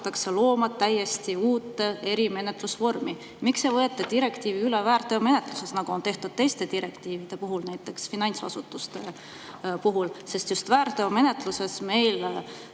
jaoks hakatakse looma täiesti uut erimenetlusvormi. Miks ei võeta direktiivi üle väärteomenetluses, nagu on tehtud teiste direktiivide puhul, näiteks finantsasutuste puhul? Just väärteomenetluses meil